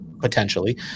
Potentially